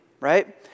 right